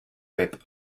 rape